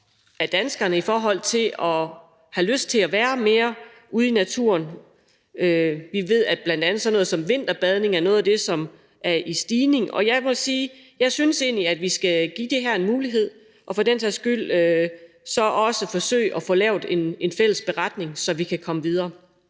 hos danskerne, i forhold til at have lyst til at være mere ude i naturen. Vi ved, at bl.a. sådan noget som vinterbadning er noget af det, som er i stigning. Og jeg må sige, at jeg egentlig synes, at vi skal give mulighed for det her og for den sags skyld også forsøge at få lavet en fælles beretning, så vi kan komme videre.